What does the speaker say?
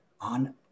on